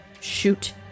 shoot